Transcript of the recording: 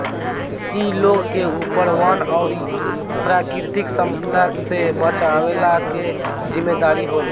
इ लोग के ऊपर वन और प्राकृतिक संपदा से बचवला के जिम्मेदारी होला